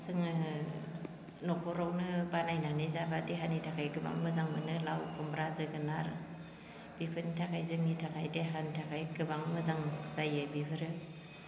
जोङो न'खरावनो बानायनानै जाब्ला देहानि थाखाय गोबां मोजां मोनो लाव खुमब्रा जोगोनार बेफोरनि थाखाय जोंनि थाखाय देहानि थाखाय गोबां मोजां जायो बिफोरो